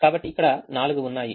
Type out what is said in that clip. కాబట్టి ఇక్కడ 4 ఉన్నాయి